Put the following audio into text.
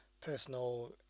personal